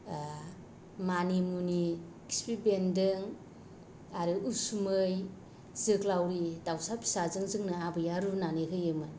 ओ मानिमुनि खिफिबेनदों आरो उसुमै जोगोलावरि दावसा फिसाजों जोंनो आबैया रुनानै होयोमोन